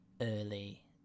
early